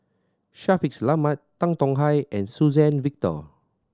Shaffiq Selamat Tan Tong Hye and Suzann Victor